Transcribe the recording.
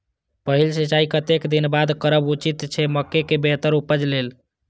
पहिल सिंचाई कतेक दिन बाद करब उचित छे मके के बेहतर उपज लेल?